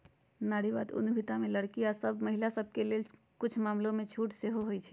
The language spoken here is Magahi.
नारीवाद उद्यमिता में लइरकि सभ आऽ महिला सभके लेल कुछ मामलामें छूट सेहो देँइ छै